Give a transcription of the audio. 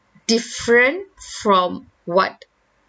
different from what